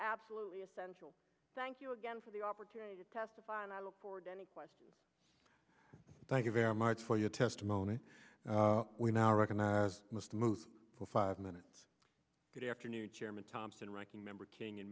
absolutely essential thank you again for the opportunity thank you very much for your testimony we now recognize must move for five minutes good afternoon chairman thompson ranking member king and